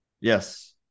Yes